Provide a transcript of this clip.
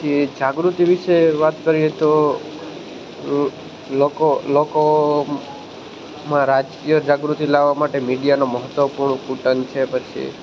પછી જાગૃતિ વિષે વાત કરીએ તો લોકો લોકોમાં રાજકીય જાગૃતિ લાવા માટે મીડિયાનો મહત્ત્વપૂર્ણ કૂટન છે પછી